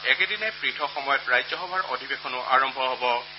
একেদিনাই পৃথক সময়ত ৰাজ্যসভাৰ অধিৱেশনো আৰম্ভ হ'ব